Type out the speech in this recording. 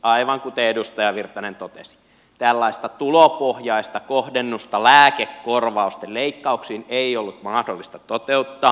aivan kuten edustaja virtanen totesi tällaista tulopohjaista kohdennusta lääkekorvausten leikkauksiin ei ollut mahdollista toteuttaa